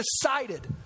decided